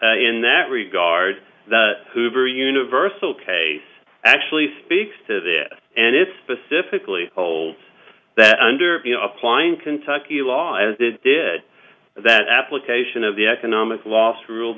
in that regard the hoover universal case actually speaks to this and it specifically holds that under applying kentucky law as it did that application of the economic loss rule